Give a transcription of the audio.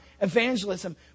evangelism